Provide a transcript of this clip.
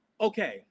Okay